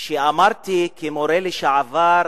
אמרתי: כמורה לשעבר,